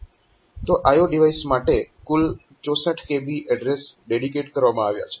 તો IO device માટે કુલ 64 kB એડ્રેસ ડેડિકેટ કરવામાં આવ્યા છે